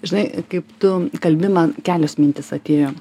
žinai kaip tu kalbi man kelios mintys atėjo